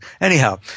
Anyhow